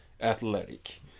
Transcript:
athletic